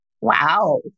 Wow